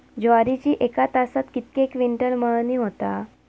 ज्वारीची एका तासात कितके क्विंटल मळणी होता?